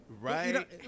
Right